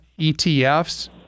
etfs